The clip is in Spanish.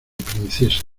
princesa